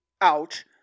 ouch